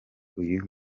uyu